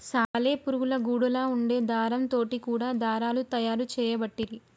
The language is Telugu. సాలె పురుగుల గూడులా వుండే దారం తోటి కూడా దారాలు తయారు చేయబట్టిరి